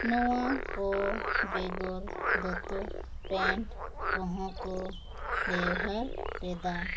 ᱱᱚᱣᱟ ᱠᱚ ᱵᱮᱜᱚᱨ ᱫᱚᱛᱚ ᱯᱮᱱᱴ ᱠᱚᱦᱚᱸ ᱠᱚ ᱵᱮᱣᱦᱟᱨ ᱮᱫᱟ